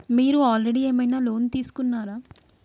మీరు ఆల్రెడీ ఏమైనా లోన్ తీసుకున్నారా?